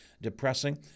depressing